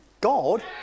God